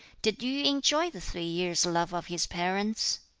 did yu enjoy the three years' love of his parents